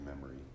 memory